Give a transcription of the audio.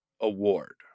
award